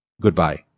goodbye